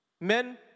men